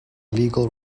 legal